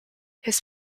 his